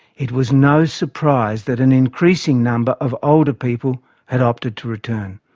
it was no surprise that an increasing number of older people had opted to return.